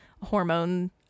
hormone